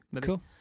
Cool